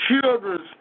children